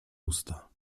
usta